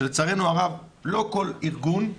שלצערנו הרב לא כל ארגון,